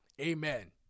Amen